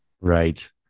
Right